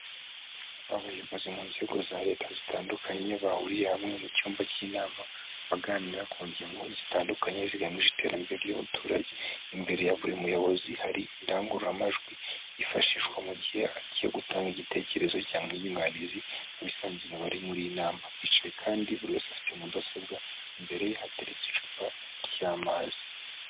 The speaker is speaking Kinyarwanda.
Abayobozi mu nzego za leta zitandukanye bahuriye hamwe mu cyumba k'inama baganira ku ngingo zitandukanye zigamije iterambere ry'abaturage, imbere ya buri muyobozi hari indangururamajwi yifashishwa mu gihe agiye gutanga igitekerezo cyangwa inyunganizi abisangiza abari muri nama bicaye, kandi buri wese afite mudasobwa imbere ye hateretse icupa ry'amazi.